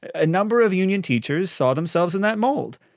a number of union teachers saw themselves in that mold,